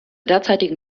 derzeitigen